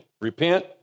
repent